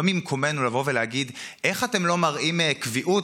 לא מקומנו להגיד: איך אתם לא מראים קביעות,